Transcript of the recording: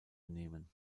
nehmen